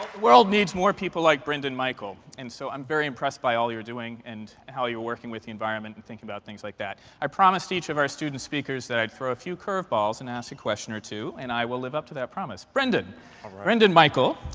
world needs more people like brendan-michael. and so i'm very impressed by all you're doing and how you're working with the environment and thinking about things like that. i promised each of our student speakers that i'd throw a few curveballs and ask a question or two. and i will live up to that promise. brendan brendan-michael,